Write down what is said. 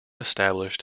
established